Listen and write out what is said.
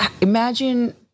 imagine